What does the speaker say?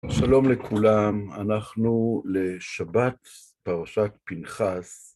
שלום לכולם, אנחנו לשבת פרשת פנחס.